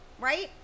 right